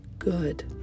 good